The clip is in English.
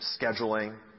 scheduling